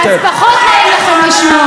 אז פחות נעים לכם לשמוע.